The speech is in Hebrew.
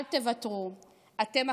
אל תוותרו.